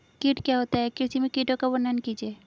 कीट क्या होता है कृषि में कीटों का वर्णन कीजिए?